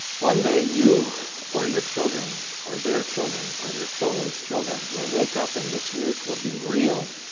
one day you or your children, or their children, or their children's children will wake up and this news will be real,